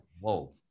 whoa